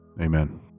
Amen